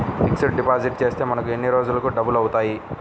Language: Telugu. ఫిక్సడ్ డిపాజిట్ చేస్తే మనకు ఎన్ని రోజులకు డబల్ అవుతాయి?